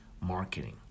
marketing